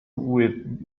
with